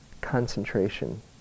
concentration